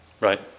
right